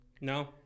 No